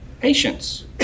patience